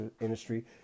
industry